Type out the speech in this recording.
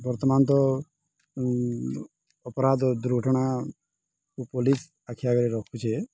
ବର୍ତ୍ତମାନ ତ ଅପରାଧ ଦୁର୍ଘଟଣାକୁ ପୋଲିସ ଆଖି ଆଗରେ ରଖୁଛେ